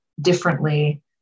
differently